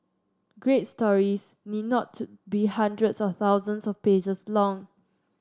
great stories need not to be hundreds or thousands of pages long